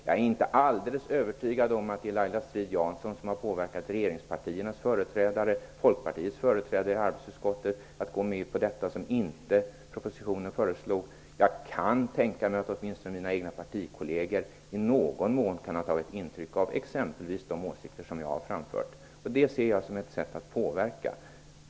Jag är inte alldeles övertygad om att det är Laila Strid-Jansson som har påverkat regeringspartiernas företrädare och Folkpartiets företrädare i arbetsmarknadsutskottet att gå med på detta som inte fanns i propositionen. Jag kan tänka mig att åtminstoen mina egna partikolleger i någon mån kan ha tagit intryck av exempelvis de åsikter som jag har framfört. Det ser jag som ett sätt att påverka.